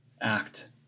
act